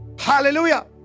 hallelujah